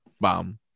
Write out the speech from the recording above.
Bomb